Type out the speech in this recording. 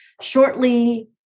shortly